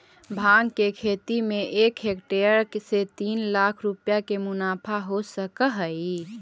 भाँग के खेती में एक हेक्टेयर से तीन लाख रुपया के मुनाफा हो सकऽ हइ